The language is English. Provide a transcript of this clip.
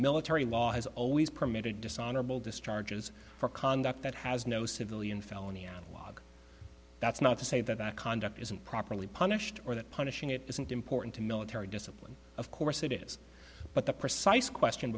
military law has always permitted dishonorable discharges for conduct that has no civilian felony analog that's not to say that that conduct isn't properly punished or that punishing it isn't important to military discipline of course it is but the precise question